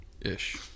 Ish